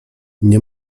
nie